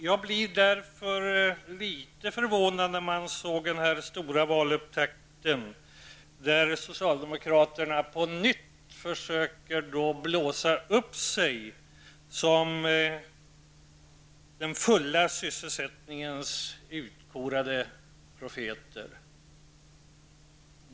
Jag blev därför litet förvånad över den här stora valupptakten där socialdemokraterna på nytt försöker blåsa upp sig som den fulla sysselsättningens utkorade profeter.